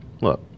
Look